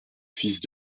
fils